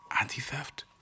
Anti-theft